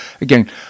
again